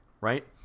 right